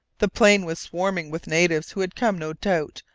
the plain was swarming with natives who had come, no doubt,